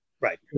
Right